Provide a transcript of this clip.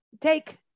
take